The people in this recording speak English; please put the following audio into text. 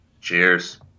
Cheers